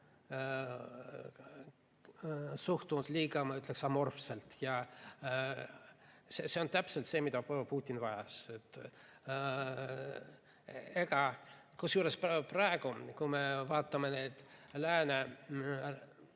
suhtunud liiga, ma ütleksin, amorfselt. Ja see on täpselt see, mida Putin vajas. Kusjuures praegu, kui me vaatame lääne